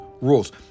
rules